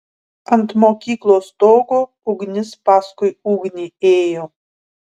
ant mokyklos stogo ugnis paskui ugnį ėjo